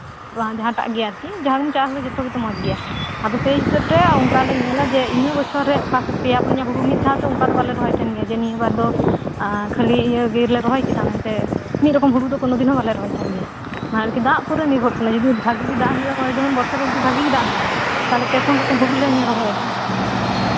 ᱡᱟᱦᱟᱸᱴᱟᱜ ᱜᱮ ᱟᱨᱠᱤ ᱡᱟᱝ ᱪᱟᱣᱞᱮ ᱡᱚᱛᱚ ᱜᱮᱛᱚ ᱢᱚᱸᱡ ᱜᱮᱭᱟ ᱟᱫᱚ ᱥᱮᱭ ᱦᱤᱥᱟᱹᱵ ᱛᱮ ᱚᱱᱠᱟ ᱞᱮ ᱧᱮᱞᱟ ᱚᱠᱟ ᱠᱚ ᱯᱮᱭᱟ ᱦᱩᱲᱩ ᱚᱱᱠᱟ ᱫᱚ ᱵᱟᱞᱮ ᱨᱚᱦᱚᱭ ᱜᱮᱭᱟ ᱱᱤᱭᱟᱹᱵᱟᱨ ᱫᱚ ᱮᱸ ᱠᱷᱟᱞᱤ ᱤᱱᱟᱹ ᱜᱮᱞᱮ ᱨᱚᱦᱚᱭ ᱠᱮᱫᱟ ᱢᱮᱱᱛᱮ ᱢᱤᱫ ᱨᱚᱠᱚᱢ ᱦᱩᱲᱩ ᱫᱚ ᱠᱳᱱᱳ ᱫᱤᱱ ᱦᱚᱸ ᱵᱟᱞᱮ ᱨᱚᱦᱚᱭ ᱛᱟᱦᱮᱸᱱᱟ ᱟᱨ ᱠᱚ ᱫᱟᱜᱽ ᱩᱯᱚᱨ ᱱᱤᱨᱵᱷᱚᱨᱚᱜ ᱠᱟᱱᱟ ᱡᱩᱫᱤ ᱵᱷᱟᱜᱤ ᱜᱮ ᱫᱟᱜ ᱦᱩᱭᱩᱜᱼᱟ ᱱᱚᱜᱼᱚᱭ ᱡᱮᱢᱚᱱ ᱵᱚᱨᱥᱟ ᱫᱤᱱ ᱫᱚ ᱵᱟᱜᱤ ᱜᱮ ᱫᱟᱜ ᱦᱩᱭᱩᱜᱼᱟ ᱛᱟᱞᱦᱮ ᱯᱮᱼᱯᱩᱱ ᱨᱚᱠᱚᱢ ᱦᱩᱲᱩ ᱞᱮ ᱨᱚᱦᱚᱭᱟ